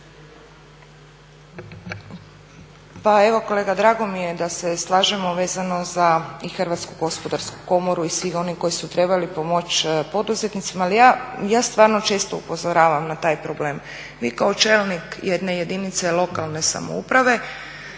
Pa evo kolega drago mi je da se slažemo vezano za i Hrvatsku gospodarsku komoru i svi oni koji su trebali pomoć poduzetnicima, ali ja stvarno često upozoravam na taj problem. Vi kao čelnik jedne jedinice lokalne samouprave